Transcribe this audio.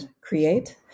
create